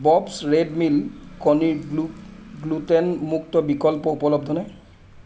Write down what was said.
Bob's Red Mill কণীৰ gluten মুক্ত বিকল্প উপলব্ধ নে